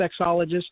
Sexologist